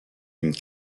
une